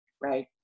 right